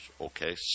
okay